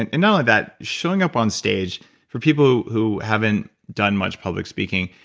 and and only that showing up on stage for people, who haven't done much public speaking,